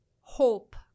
hope